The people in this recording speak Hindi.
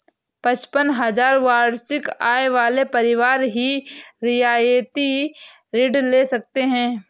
पचपन हजार वार्षिक आय वाले परिवार ही रियायती ऋण ले सकते हैं